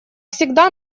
всегда